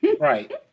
right